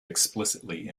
explicitly